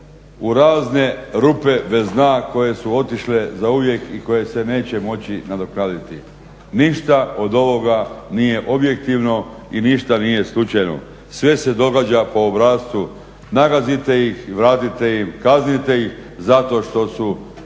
u razne rupe bez dna koje su otišle zauvijek i koje se neće moći nadoknaditi. Ništa od ovoga nije objektivno i ništa nije slučajno. Sve se događa po obrascu. Nagazite ih, vratite im, kaznite ih zato što su